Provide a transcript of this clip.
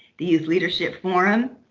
the youth leadership forum